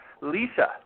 Lisa